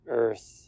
earth